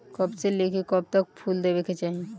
कब से लेके कब तक फुल देवे के चाही?